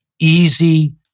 easy